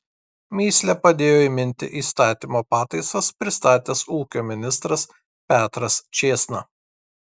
mįslę padėjo įminti įstatymo pataisas pristatęs ūkio ministras petras čėsna